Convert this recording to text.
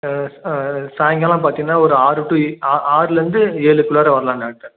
சாயங்காலம் பார்த்தினா ஒரு ஆறு டு ஆறுலிருந்து ஏழுக்குள்ளாரே வரலாம் டாக்டர்